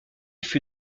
fut